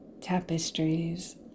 tapestries